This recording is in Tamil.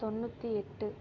தொண்ணூற்றி எட்டு